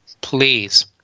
please